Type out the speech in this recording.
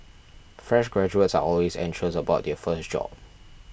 fresh graduates are always anxious about their first job